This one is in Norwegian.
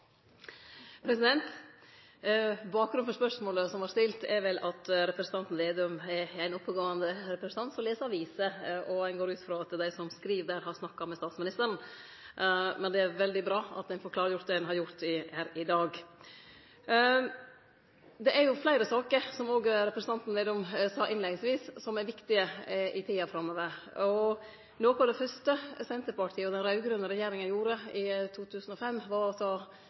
for spørsmålet som vart stilt, er vel at representanten Slagsvold Vedum er ein oppegåande representant som les aviser, og eg går ut frå at dei som skriv der, har snakka med statsministeren. Men det er veldig bra at ein får klargjort det slik ein har gjort her i dag. Det er fleire saker, som òg representanten Slagsvold Vedum sa innleiingsvis, som er viktige i tida framover. Noko av det fyrste Senterpartiet og den raud-grøne regjeringa gjorde i 2005, var